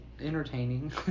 entertaining